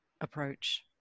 approach